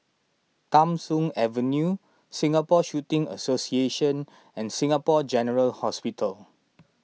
Tham Soong Avenue Singapore Shooting Association and Singapore General Hospital